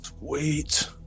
Wait